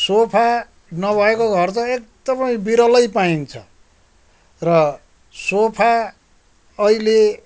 sofa नभएको घर त एकदमै बिरलै पाइन्छ र सोफा अहिले